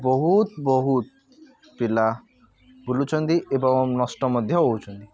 ବହୁତ ବହୁତ ପିଲା ବୁଲୁଛନ୍ତି ଏବଂ ନଷ୍ଟ ମଧ୍ୟ ହେଉଛନ୍ତି